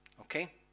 Okay